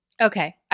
Okay